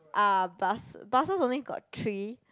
ah bus buses only got three